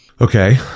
Okay